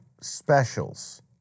specials